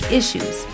issues